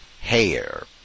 hair